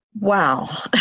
Wow